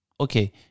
Okay